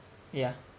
ya